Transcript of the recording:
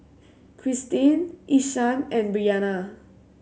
Christene Ishaan and Bryanna